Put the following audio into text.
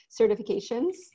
certifications